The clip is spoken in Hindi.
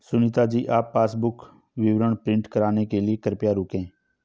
सुनीता जी आप पासबुक विवरण प्रिंट कराने के लिए कृपया रुकें